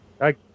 Hi